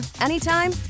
anytime